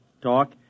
talk